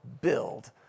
build